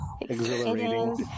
Exciting